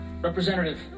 Representative